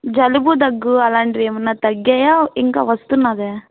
జలుబు దగ్గు అలాంటివేమైనా తగ్గాయా ఇంకా వస్తుందా